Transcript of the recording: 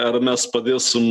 ar mes padėsim